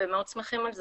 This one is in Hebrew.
ומאוד שמחים על זה.